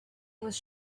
was